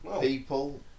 People